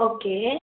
okay